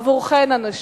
עבורכן הנשים,